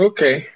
Okay